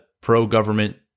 pro-government